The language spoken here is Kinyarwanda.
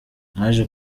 naje